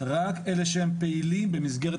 רק אלה שהם פעילים במסגרת